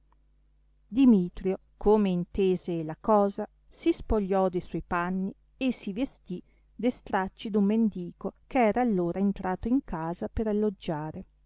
dimitrio come intese la cosa si spogliò de suoi panni e si vestì de stracci d'un mendico che era allora entrato in casa per alloggiare